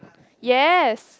yes